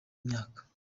imyaka